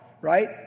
right